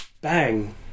bang